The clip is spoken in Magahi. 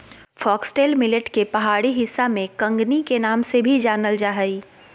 फॉक्सटेल मिलेट के पहाड़ी हिस्सा में कंगनी नाम से भी जानल जा हइ